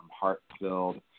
heart-filled